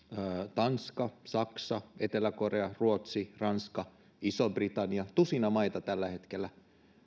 tanska saksa etelä korea ruotsi ranska iso britannia tusina maita tällä hetkellä